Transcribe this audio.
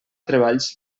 treballs